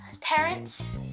parents